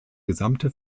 gesamte